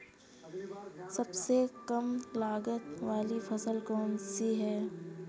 सबसे कम लागत वाली फसल कौन सी है?